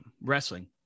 wrestling